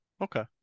Okay